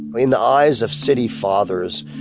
in the eyes of city fathers,